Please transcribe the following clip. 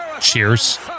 Cheers